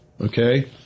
okay